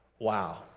Wow